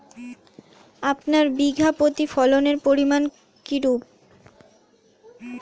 আপনার বিঘা প্রতি ফলনের পরিমান কীরূপ?